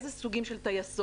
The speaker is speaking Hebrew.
איזה סוגים של טייסות,